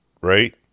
right